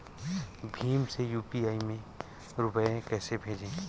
भीम से यू.पी.आई में रूपए कैसे भेजें?